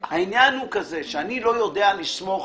אני לא יודע לסמוך